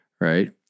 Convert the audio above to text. right